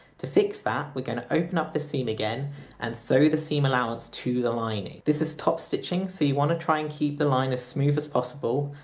to fix that, we're going to open up the seam again and sew the seam allowance to the lining. this is top stitching, so you want to try and keep the line as smooth as possible,